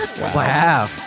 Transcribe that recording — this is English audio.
Wow